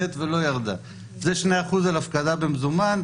ולא באבחה אחת של מ-11,000 ל-6,000